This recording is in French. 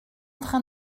train